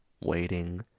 waiting